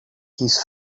his